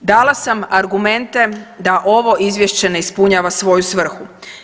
dala sam argumente da ovo izvješće ne ispunjava svoju svrhu.